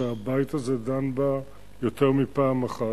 שהבית הזה דן בה יותר מפעם אחת.